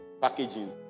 packaging